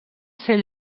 ser